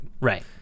Right